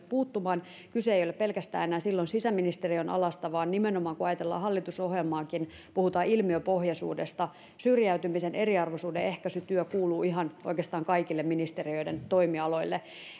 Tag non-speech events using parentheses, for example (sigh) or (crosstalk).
(unintelligible) puuttumaan kyse ei ei ole pelkästään enää silloin sisäministeriön alasta vaan nimenomaan kun ajatellaan hallitusohjelmaakin puhutaan ilmiöpohjaisuudesta syrjäytymisen eriarvoisuuden ehkäisytyö kuuluu oikeastaan ihan kaikille ministeriöiden toimialoille